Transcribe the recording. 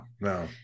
No